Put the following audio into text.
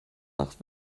nach